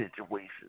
situations